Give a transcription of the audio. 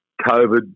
COVID